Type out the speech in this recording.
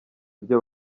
ibyo